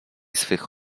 swych